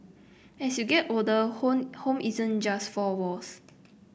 as you get older home isn't just four walls